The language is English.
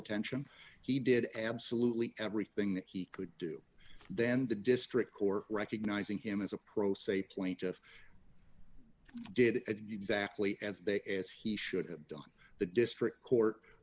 attention he did absolutely everything that he could do then the district court recognizing him as a pro se plaintiff did exactly as they as he should have done the district court